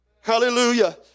Hallelujah